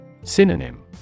Synonym